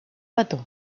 petó